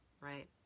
right